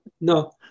no